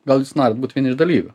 gal jūs norit būt vyni iš dalyvių